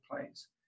plays